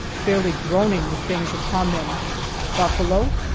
fairly groaning with things upon them buffalo,